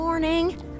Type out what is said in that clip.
Morning